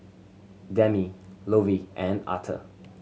Demi Lovey and Arthur